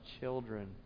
children